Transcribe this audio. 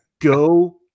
go